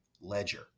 ledger